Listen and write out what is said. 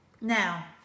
Now